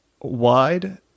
wide